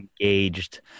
engaged